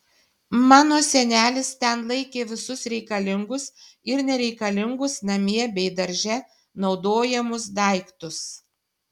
mano senelis ten laikė visus reikalingus ir nereikalingus namie bei darže naudojamus daiktus